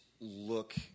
look